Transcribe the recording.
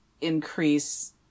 increase